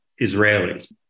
Israelis